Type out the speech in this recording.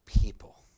people